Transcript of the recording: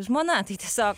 žmona tai tiesiog